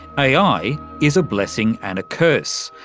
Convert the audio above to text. ai is a blessing and a curse,